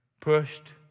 pushed